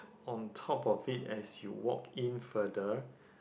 on top of it as you walk in further